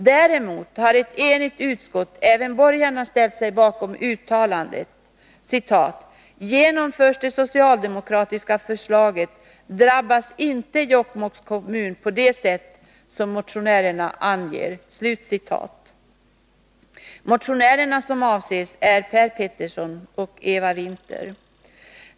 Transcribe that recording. Däremot har ett enigt utskott — däribland även borgarna — ställt sig bakom uttalandet: ”Genomförs det socialdemokratiska förslaget drabbas inte Jokkmokks kommun på det sätt motionärerna anger.” Motionärerna som avses är Per Petersson och Eva Winther.